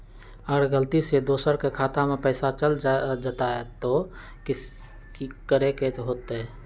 अगर गलती से दोसर के खाता में पैसा चल जताय त की करे के होतय?